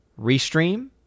Restream